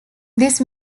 this